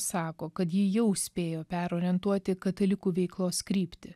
sako kad ji jau spėjo perorientuoti katalikų veiklos kryptį